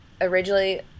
originally